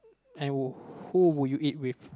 and who will you eat with